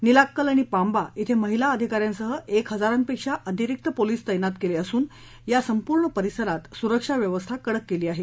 निलाक्कल आणि पांबा थ्रे महिला अधिकाऱ्यांसह एक हजारापेक्षा अतिरिक्त पोलीस तैनात केले असून या संपूर्ण परिसरात सुरक्षा व्यवस्था कडक केली आहे